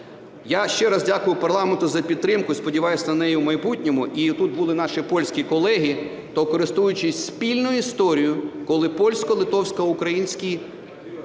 Я ще раз дякую парламенту за підтримку, і сподіваюсь на неї в майбутньому. І тут були наші польські колеги, то користуючись спільною історією, коли польсько-литовсько-українські